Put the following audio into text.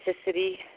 authenticity